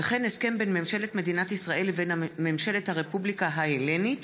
הסכם בין ממשלת מדינת ישראל לבין ממשלת הרפובליקה ההלנית